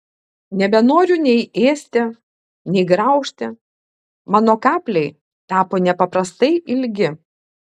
nebenoriu nei ėsti nei graužti mano kapliai tapo nepaprastai ilgi